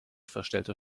verstellter